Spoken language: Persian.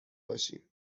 باشیم